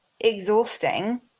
exhausting